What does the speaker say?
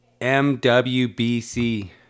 MWBC